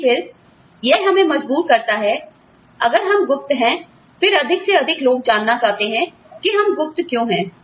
लेकिन फिर यह हमें मजबूर करता है अगर हम गुप्त हैं फिर अधिक से अधिक लोग जानना चाहते हैं कि हम गुप्त क्यों हैं